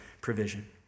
provision